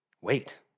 Wait